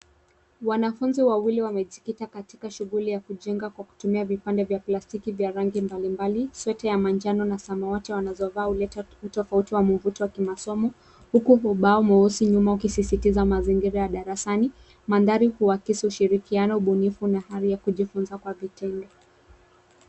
Wanafunzi wawili wamejikita katika shughuli ya kujenga kwa kutumia vipande vya plastiki vya rangi mbalimbali. Sweta ya manjano na samawati wanazovaa huleta utofauti wa mvuto wa kimasomo, huku ubao mweusi nyuma ukisisitiza mazingira ya darasani. Mandhari huakisi ushirikiano, ubunifu, na hali ya kujifunza kwa vitendo.